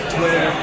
Twitter